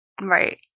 Right